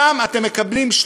שם אתם מקבלים,